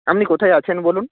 আপনি কোথায় আছেন বলুন